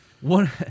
one